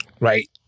Right